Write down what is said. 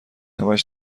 همش